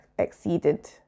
exceeded